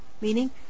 Meaning